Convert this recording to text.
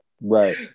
Right